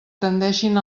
tendeixin